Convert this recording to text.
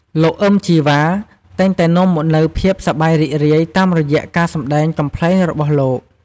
លោក អ៊ឹម ជីវ៉ា តែងតែនាំមកនូវភាពសប្បាយរីករាយតាមរយៈការសម្តែងកំប្លែងរបស់លោក។